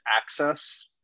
access